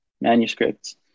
manuscripts